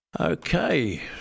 Okay